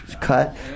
cut